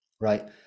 right